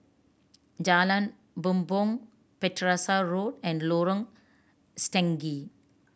Jalan Bumbong Battersea Road and Lorong Stangee